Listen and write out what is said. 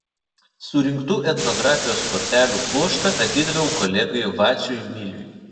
surinktų etnografijos kortelių pluoštą atidaviau kolegai vaciui miliui